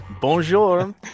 bonjour